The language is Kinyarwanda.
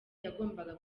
yagombaga